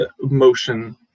motion